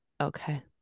Okay